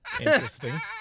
Interesting